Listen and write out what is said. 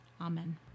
Amen